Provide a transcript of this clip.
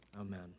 Amen